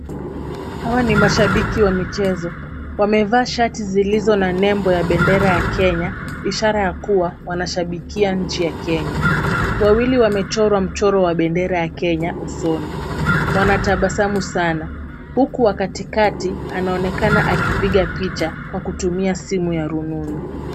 Hawa ni mashabiki wa michezo. Wamevaa shati zilizo na nembo ya bendera ya Kenya, ishara ya kuwa, wanashabikia nchi ya Kenya. Wawili wamechorwa mchoro wa bendera ya Kenya usoni. Wanatabasamu sana, huku wa katikati akionekana akipiga picha kwa kutumia simu ya rununu.